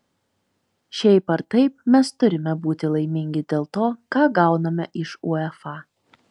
šiaip ar taip mes turime būti laimingi dėl to ką gauname iš uefa